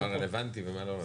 מה רלוונטי ומה לא רלוונטי.